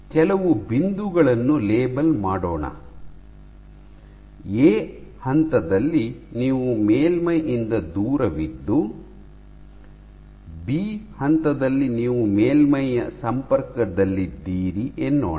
ಕೆಲವು ಬಿಂದುಗಳನ್ನು ಲೇಬಲ್ ಮಾಡೋಣ ಎ ಹಂತದಲ್ಲಿ ನೀವು ಮೇಲ್ಮೈಯಿಂದ ದೂರವಿದ್ದು ಬಿ ಹಂತದಲ್ಲಿ ನೀವು ಮೇಲ್ಮೈಯ ಸಂಪರ್ಕದಲ್ಲಿದ್ದೀರಿ ಎನ್ನೋಣ